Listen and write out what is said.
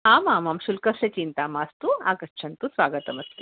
आमामां शुल्कस्य चिन्ता मास्तु आगच्छन्तु स्वागतमस्ति